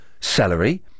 celery